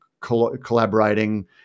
collaborating